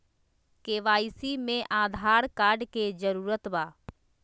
KYC में Aadhaar card के जरूरत बा?